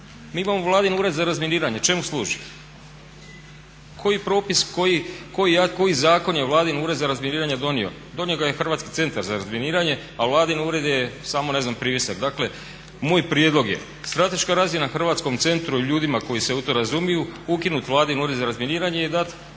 Mi imamo Vladin ured za razminiranje. Čemu služi? Koji propis, koji zakon je Vladin Ured za razminiranje donio? Donio ga je Hrvatski centar za razminiranje a Vladin Ured je samo ne znam privjesak. Dakle, moj prijedlog je strateška razina Hrvatskom centru i ljudima koji se u to razumiju ukinut Vladin Ured za razminiranje i dati